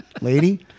Lady